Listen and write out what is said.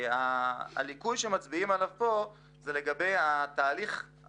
הליקוי שמצביעים עליו פה זה לגבי ההחלטה